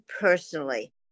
personally